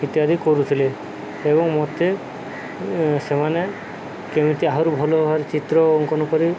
ଇତ୍ୟାଦି କରୁଥିଲେ ଏବଂ ମୋତେ ସେମାନେ କେମିତି ଆହୁରି ଭଲ ଭାବରେ ଚିତ୍ର ଅଙ୍କନ କରିବି